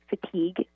fatigue